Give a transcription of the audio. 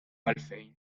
għalfejn